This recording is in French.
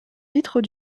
vitres